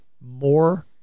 more